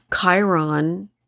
Chiron